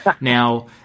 Now